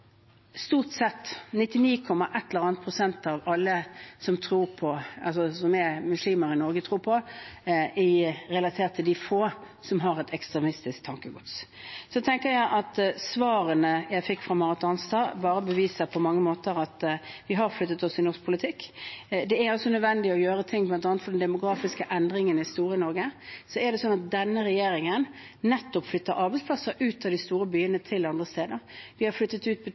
har et ekstremistisk tankegods. Svarene jeg fikk fra Marit Arnstad, beviser på mange måter at vi har flyttet oss i norsk politikk. Det er nødvendig å gjøre ting, bl.a. fordi de demografiske endringene i Norge er store. Denne regjeringen flytter nettopp arbeidsplasser ut fra de store byene til andre steder. Vi har flyttet ut